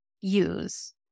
use